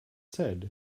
said